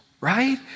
right